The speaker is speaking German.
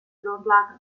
grundlagen